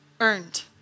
earned